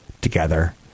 together